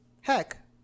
Heck